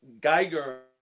geiger